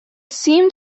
seemed